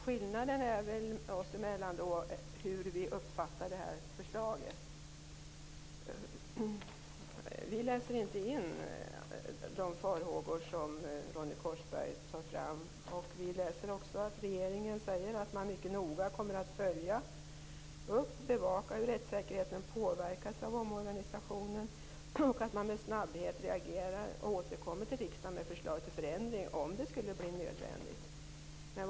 Skillnaden oss emellan är väl hur vi uppfattar det här förslaget. Vi läser inte in de farhågor som Ronny Korsberg för fram. Vi läser att regeringen säger att man mycket noga kommer att följa upp och bevaka hur rättssäkerheten påverkas av omorganisationen och att man med snabbhet reagerar och återkommer till riksdagen med förslag till förändring om det skulle bli nödvändigt.